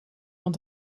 want